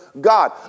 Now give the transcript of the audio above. God